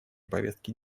повестке